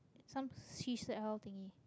some seashell thingy